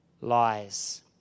lies